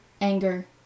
Anger